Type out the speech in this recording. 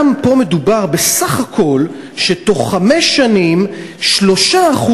גם פה מדובר בסך הכול שבתוך חמש שנים 3%